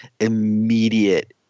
immediate